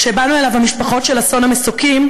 כשבאנו אליו, המשפחות של אסון המסוקים,